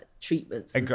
treatments